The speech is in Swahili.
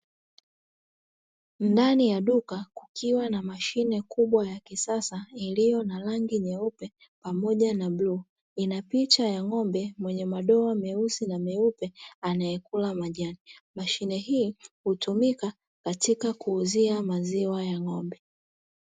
Ndani ya duka kukiwa na mashine kubwa ya kisasa iliyo na rangi nyeupe pamoja na bluu ina picha ya ng'ombe mwenye madoa meusi na meupe anayekula majani, mashine hii hutumika katika kuuzia maziwa ya ng'ombe.